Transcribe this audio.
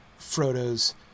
Frodo's